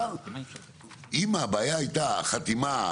אבל אם הבעיה הייתה חתימה,